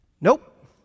Nope